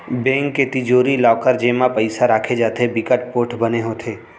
bank के तिजोरी, locker जेमा पइसा राखे जाथे बिकट पोठ बने होथे